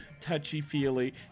touchy-feely